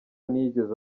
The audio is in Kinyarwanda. ntiyigeze